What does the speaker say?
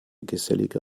gesellige